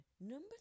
Number